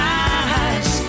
eyes